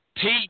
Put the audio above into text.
Pete